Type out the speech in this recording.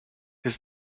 his